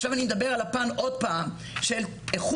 עכשיו אני מדבר שוב על הפן של איכות